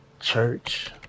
church